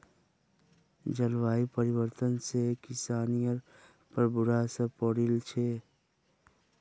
जलवायु परिवर्तन से किसानिर पर बुरा असर पौड़ील छे